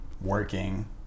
working